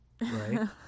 right